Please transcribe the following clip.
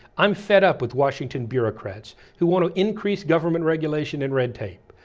i'm fed up with washington bureaucrats who want to increase government regulation and red tape,